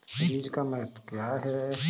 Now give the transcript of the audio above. बीज का महत्व क्या है?